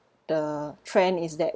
the trend is that